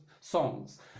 songs